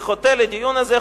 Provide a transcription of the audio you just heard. זה חוטא לדיון הזה,